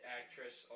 actress